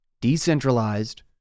decentralized